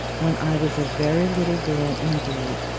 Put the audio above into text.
when i was a very little girl indeed,